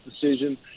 decision